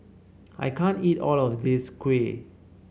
I can't eat all of this kuih